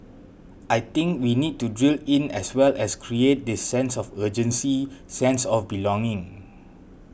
I think we need to drill in as well as create this sense of urgency sense of belonging